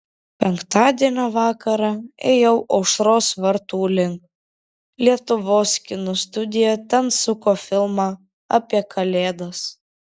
penktadienio vakarą ėjau aušros vartų link lietuvos kino studija ten suko filmą apie kalėdas